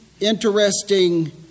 interesting